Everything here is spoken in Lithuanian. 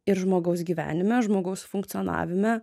ir žmogaus gyvenime žmogaus funkcionavime